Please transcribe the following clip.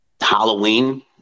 Halloween